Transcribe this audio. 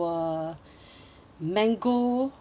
mango